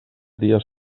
dies